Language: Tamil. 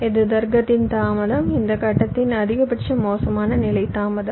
இது தர்க்கத்தின் தாமதம் இந்த கட்டத்தின் அதிகபட்ச மோசமான நிலை தாமதம்